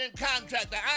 contractor